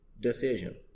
Decision